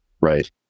Right